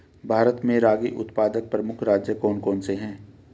भारत में रागी उत्पादक प्रमुख राज्य कौन कौन से हैं?